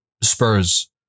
Spurs